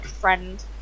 friend